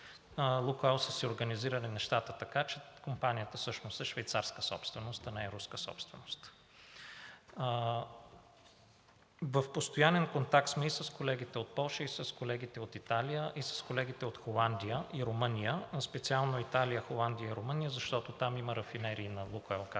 „Лукойл“ са си организирали нещата така, че компанията всъщност е швейцарска собственост, а не е руска собственост. В постоянен контакт сме с колегите от Полша, Италия, Холандия и Румъния, специално Италия, Холандия и Румъния, защото там има рафинерии на „Лукойл“, както